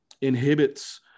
inhibits